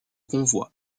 convoi